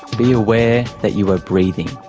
be aware that you are breathing.